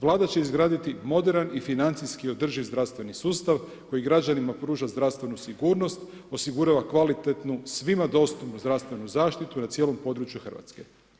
Vlada će izgraditi moderan i financijski održiv zdravstveni sustav koji građanima pruža zdravstvenu sigurnost, osigurava kvalitetnu svima dostupnu zdravstvenu zaštitu na cijelom području Hrvatske.